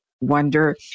wonder